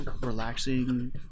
relaxing